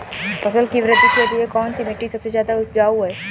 फसल की वृद्धि के लिए कौनसी मिट्टी सबसे ज्यादा उपजाऊ है?